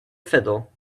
fiddle